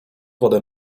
wodę